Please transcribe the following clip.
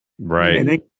right